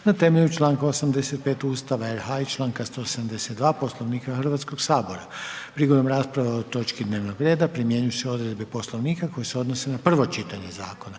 na temelju članka 85. Ustava RH i članka 172. Poslovnika Hrvatskoga sabora. Prigodom rasprave o točki dnevnog reda primjenjuju se odredbe Poslovnika koje se odnose na prvo čitanje zakona.